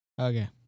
Okay